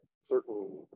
certain